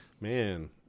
Man